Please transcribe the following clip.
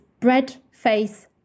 Breadface